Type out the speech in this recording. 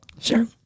Sure